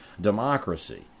democracy